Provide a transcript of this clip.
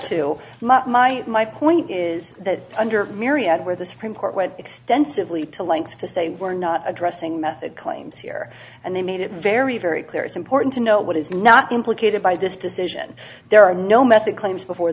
to my my my point is that under myriad where the supreme court was extensively to lengths to say we're not addressing method claims here and they made it very very clear it's important to know what is not implicated by this decision there are no method claims before